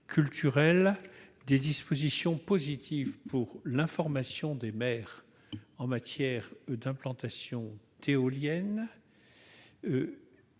des dispositions positives pour l'information des maires en matière d'implantation d'éoliennes,